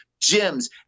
gyms